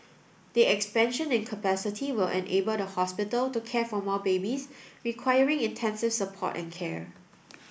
the expansion in capacity will enable the hospital to care for more babies requiring intensive support and care